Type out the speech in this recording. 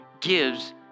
gives